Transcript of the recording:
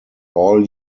all